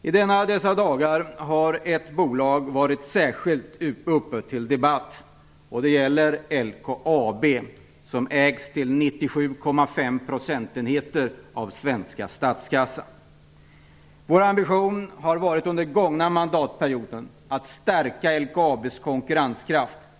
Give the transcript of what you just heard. I dessa dagar har särskilt ett bolag varit föremål för debatt. Det gäller LKAB som till 97,5 procentenheter ägs av svenska statskassan. Vår ambition under den gångna mandatperioden har varit att stärka LKAB:s konkurrenskraft.